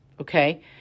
okay